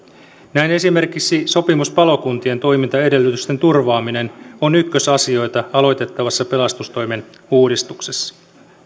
näin esimerkiksi sopimuspalokuntien toimintaedellytysten turvaaminen on ykkösasioita aloitettavassa pelastustoimen uudistuksessa